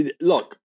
Look